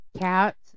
Cats